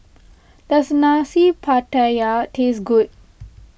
does Nasi Pattaya taste good